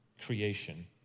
creation